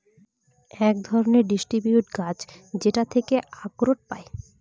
এক ধরনের ডিসিডিউস গাছ যেটার থেকে আখরোট পায়